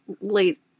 late